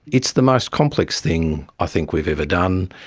it's the most complex thing i think we've ever done,